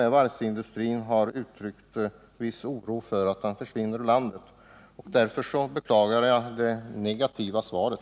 Från varvsindustrins sida har man ju också uttryckt en viss oro för att tillverkningen försvinner ur landet. Jag beklagar därför det negativa svaret.